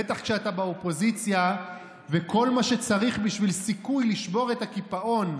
בטח כשאתה באופוזיציה וכל מה שצריך בשביל סיכוי לשבור את הקיפאון,